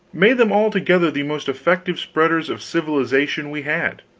made them altogether the most effective spreaders of civilization we had.